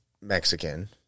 Mexican